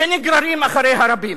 שנגררים אחריה רבים.